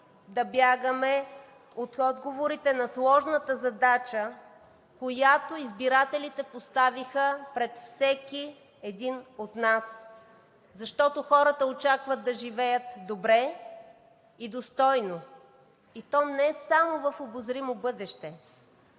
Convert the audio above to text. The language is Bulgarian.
да бягаме от отговорите на сложната задача, която избирателите поставиха пред всеки един от нас, защото хората очакват да живеят добре и достойно, и то не само в обозримо бъдеще,